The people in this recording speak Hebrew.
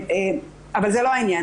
אבל זה לא העניין,